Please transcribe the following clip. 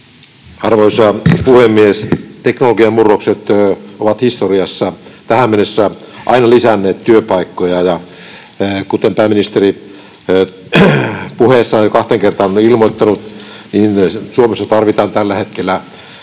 Arvoisa puhemies! Teknologian murrokset ovat historiassa tähän mennessä aina lisänneet työpaikkoja. Kuten pääministeri puheessaan jo kahteen kertaan on ilmoittanut, Suomessa tarvitaan tällä hetkellä